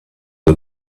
the